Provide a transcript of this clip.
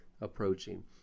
approaching